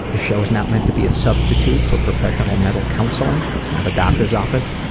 this show is not meant to be a substitute for professional mental counseling. it's not a doctors office,